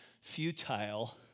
futile